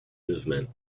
movement